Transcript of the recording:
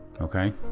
Okay